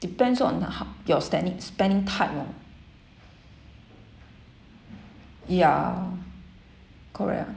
depends on the how your stanig~ spending type lor ya correct ah